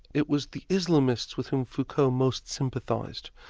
it was the islamists with whom foucault most sympathised.